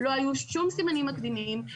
לא היו שום סימנים מקדימים,